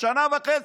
שנה וחצי.